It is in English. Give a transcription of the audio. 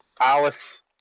Alice